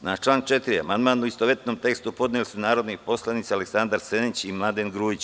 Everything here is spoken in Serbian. Na član 4. amandman u istovetnom tekstu su podneli narodni poslanici Aleksandar Senić i Mladen Grujić.